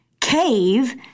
cave